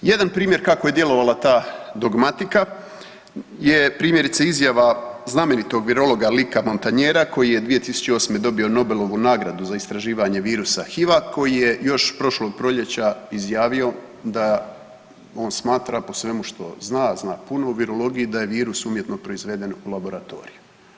Jedan primjer kako je djelovala ta dogmatika je primjerice izjava znamenitog virologa Luc Montagniera koji je 2008. dobio Nobelovu nagradu za istraživanje virusa HIV-a koji je još prošlog proljeća izjavio da on smatra po svemu što zna, a zna o puno virologiji da je virus umjetno proizveden u laboratoriju.